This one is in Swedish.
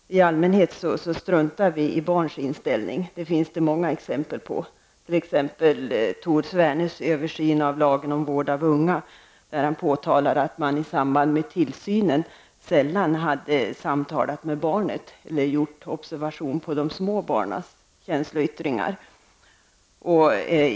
I allmänhet struntar vi i barns inställning. Det finns det många exempel på, t.ex. i Tor Svernes översyn av lagen om vård av unga. I den påtalar han att det vid tillsynen sällan förekommit samtal med barnet eller gjorts observationer av de små barnens känsloyttringar.